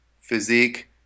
physique